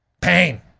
Pain